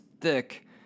thick